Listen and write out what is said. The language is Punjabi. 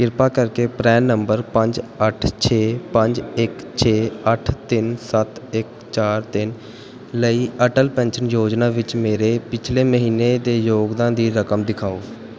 ਕਿਰਪਾ ਕਰਕੇ ਪਰੈਨ ਨੰਬਰ ਪੰਜ ਅੱਠ ਛੇ ਪੰਜ ਇੱਕ ਛੇ ਅੱਠ ਤਿੰਨ ਸੱਤ ਇੱਕ ਚਾਰ ਤਿੰਨ ਲਈ ਅਟਲ ਪੈਨਸ਼ਨ ਯੋਜਨਾ ਵਿੱਚ ਮੇਰੇ ਪਿਛਲੇ ਮਹੀਨੇ ਦੇ ਯੋਗਦਾਨ ਦੀ ਰਕਮ ਦਿਖਾਓ